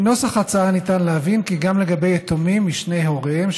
מנוסח ההצעה ניתן להבין כי גם לגבי יתומים משני הוריהם,